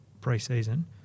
pre-season